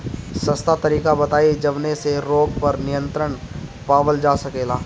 सस्ता तरीका बताई जवने से रोग पर नियंत्रण पावल जा सकेला?